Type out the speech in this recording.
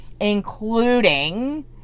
including